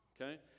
Okay